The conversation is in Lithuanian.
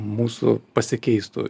mūsų pasikeistų